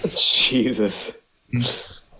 Jesus